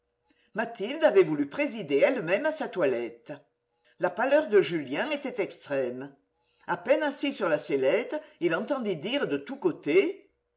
mathilde avait voulu présider elle-même à sa toilette la pâleur de julien était extrême a peine assis sur la sellette il entendit dire de tous côtés